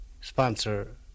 sponsor